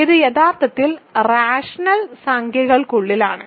ഇത് യഥാർത്ഥത്തിൽ റാഷണൽ സംഖ്യകൾക്കുള്ളിലാണ്